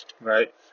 right